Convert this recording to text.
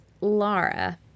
Laura